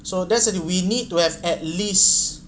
so that's it we need to have at least